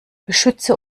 beschütze